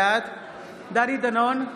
בעד דני דנון,